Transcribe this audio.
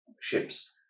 ships